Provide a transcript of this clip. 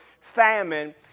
famine